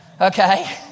okay